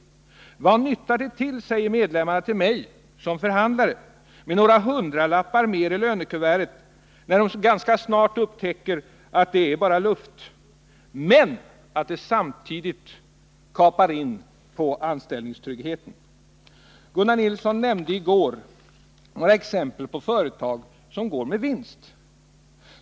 Vad nyttar det till, säger medlemmarna till mig såsom förhandlare, med några hundralappar mer i lönekuvertet, när man ganska snart upptäcker att det bara är luft, att det samtidigt kapar ia på anställningstryggheten. Gunnar Nilsson nämnde i går några exempel på företag som går med vinst.